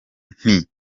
nti